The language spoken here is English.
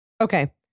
Okay